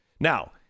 Now